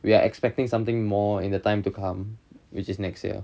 we are expecting something more in time to come which is next year